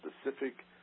specific